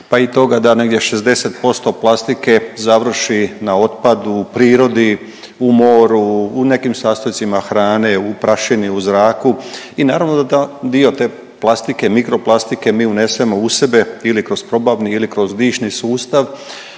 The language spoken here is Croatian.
pa i toga da negdje 60% plastike završi na otpadu, u prirodi, u moru, u nekim sastojcima hrane, u prašini, u zraku i naravno da dio te plastike, mikroplastike mi unesemo u sebe ili kroz probavni ili kroz dišni sustav.